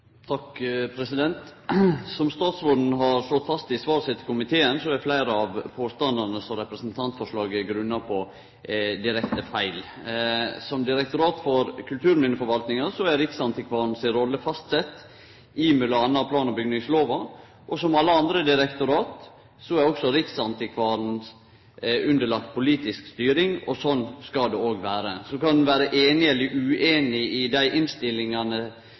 fleire av påstandane som representantforslaget er grunna på, direkte feil. Som direktorat for kulturminneforvaltingar er riksantikvaren si rolle fastsett i m.a. plan- og bygningslova. Som alle andre direktorat er også riksantikvaren underlagd politisk styring, og sånn skal det òg vere. Så kan ein vere einig eller ueinig i dei innstillingane